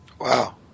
Wow